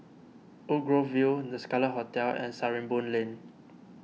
Woodgrove View the Scarlet Hotel and Sarimbun Lane